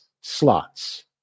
slots